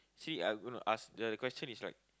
actually I gonna ask the question is like